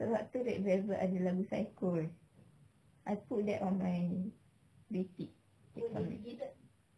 sebab tu that driver ada lagu psycho I put that on my repeat